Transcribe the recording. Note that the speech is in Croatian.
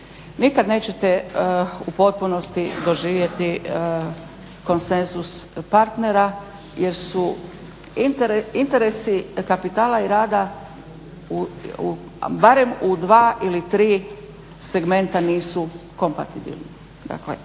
Nikad nećete u potpunosti doživjeti konsenzus partera jer su interesi kapitala i rada barem u dva ili tri segmenta nisu kompatibilni. Dakle,